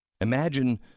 Imagine